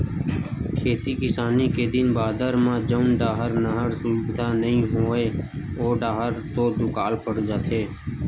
खेती किसानी के दिन बादर म जउन डाहर नहर सुबिधा नइ हे ओ डाहर तो दुकाल पड़ जाथे